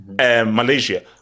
Malaysia